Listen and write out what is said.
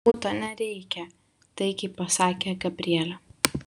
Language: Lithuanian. ūta nereikia taikiai pasakė gabrielė